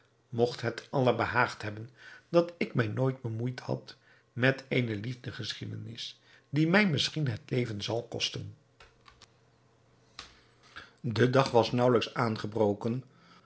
mogt het allah behaagd hebben dat ik mij nooit bemoeid had met eene liefdesgeschiedenis die mij misschien het leven zal kosten de dag was naauwelijks aangebroken